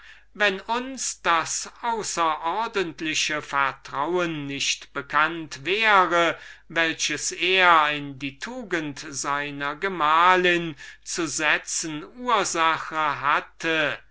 wenn uns das außerordentliche vertrauen nicht bekannt wäre welches er in die tugend seiner gemahlin zu setzen ursache hatte